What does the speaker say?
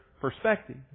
perspective